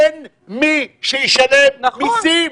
אין מי שישלם מסים.